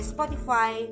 Spotify